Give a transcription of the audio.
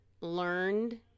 learned